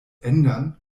ändern